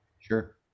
Sure